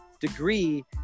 degree